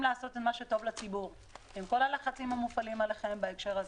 לעשות מה שטוב לציבור עם כל הלחצים המופעלים עליכם בהקשר הזה.